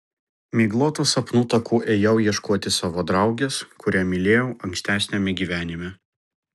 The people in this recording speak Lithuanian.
miglotu sapnų taku ėjau ieškoti savo draugės kurią mylėjau ankstesniame gyvenime